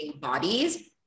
bodies